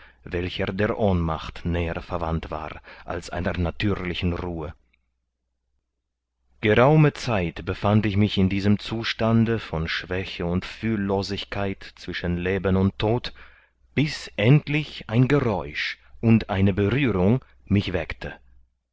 welcher der ohnmacht näher verwandt war als einer natürlichen ruhe geraume zeit befand ich mich in diesem zustande von schwäche und fühllosigkeit zwischen leben und tod bis endlich ein geräusch und eine berührung mich weckte